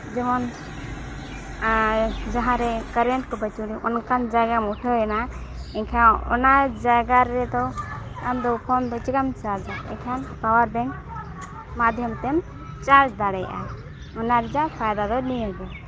ᱡᱮᱢᱚᱱ ᱟᱨ ᱡᱟᱦᱟᱸ ᱨᱮ ᱠᱟᱨᱮᱱᱴ ᱠᱚ ᱵᱟᱹᱪᱩᱜ ᱟᱹᱱᱤᱡ ᱚᱱᱠᱟᱢ ᱡᱟᱭᱜᱟᱢ ᱩᱴᱷᱟᱹᱭᱮᱱᱟ ᱮᱱᱠᱷᱟᱱ ᱚᱱᱟ ᱡᱟᱭᱜᱟ ᱨᱮᱫᱚ ᱟᱢ ᱫᱚ ᱯᱷᱳᱱ ᱫᱚ ᱪᱤᱠᱟᱹᱢ ᱪᱟᱨᱡᱟ ᱮᱱᱠᱷᱟᱱ ᱯᱟᱣᱟᱨ ᱵᱮᱝᱠ ᱢᱟᱫᱽᱫᱷᱚᱢ ᱛᱮᱢ ᱪᱟᱨᱡᱽ ᱫᱟᱲᱮᱭᱟᱜᱼᱟ ᱚᱱᱟ ᱨᱮᱭᱟᱜ ᱯᱷᱟᱭᱫᱟ ᱫᱚ ᱱᱤᱭᱟᱹ ᱜᱮ